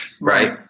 right